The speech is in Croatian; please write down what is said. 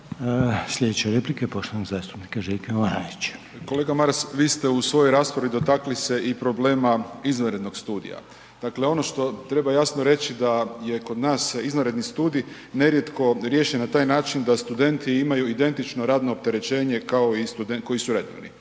Slijedeća replika je poštovanog zastupnika Željka Jovanovića. **Jovanović, Željko (SDP)** Kolega Maras vi ste u svojoj raspravi dotakli se i problema izvanrednog studija. Dakle, ono što treba jasno reći da je kod nas izvanredni studij nerijetko riješen na taj način da studenti imaju identično radno opterećenje kao i studenti